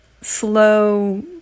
slow